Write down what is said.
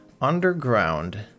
underground